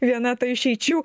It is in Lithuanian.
viena ta išeičių